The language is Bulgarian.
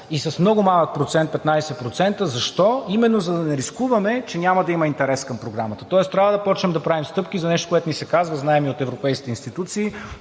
и с много малък процент – 15%. Защо? Именно за да не рискуваме, че няма да има интерес към Програмата, тоест трябва да започнем да правим стъпки за нещо, което ни се казва. Знаем и от европейските институции: